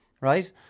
right